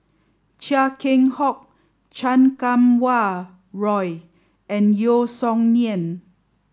Chia Keng Hock Chan Kum Wah Roy and Yeo Song Nian